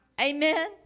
Amen